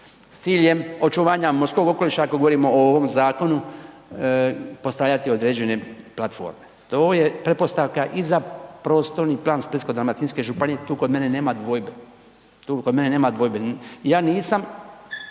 s ciljem očuvanja morskog okoliša ako govorimo o ovom zakonu, postavljati određene platforme. To je pretpostavka i za prostorni plan Splitsko-dalmatinske županije, tu kod mene nema dvojbe. Ja nisam,